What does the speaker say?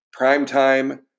primetime